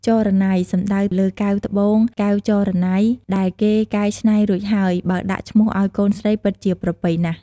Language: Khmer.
ចរណៃ សំដៅលើ កែវ ត្បូង កែវចរណៃ ដែលគេកែច្នៃរួចហើយ បើដាក់ឈ្មោះឱ្យកូនស្រីពិតជាប្រពៃណាស់ ។